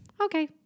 Okay